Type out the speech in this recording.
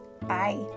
bye